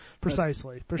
precisely